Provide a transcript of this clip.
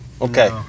Okay